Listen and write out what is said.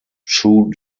chu